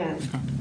כן.